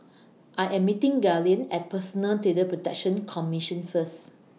I Am meeting Gaylene At Personal Data Protection Commission First